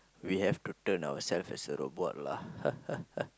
we have to turn ourself as a robot lah